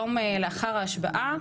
יום לאחר ההשבעה,